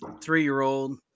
three-year-old